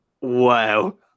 Wow